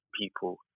people